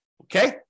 Okay